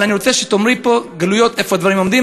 אבל אני רוצה שתאמרי פה גלויות איפה הדברים עומדים.